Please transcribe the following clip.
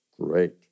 Great